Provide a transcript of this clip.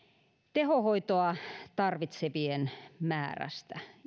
tehohoitoa tarvitsevien määrästä